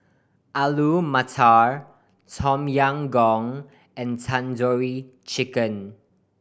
Alu Matar Tom Yam Goong and Tandoori Chicken